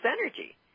energy